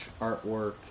artwork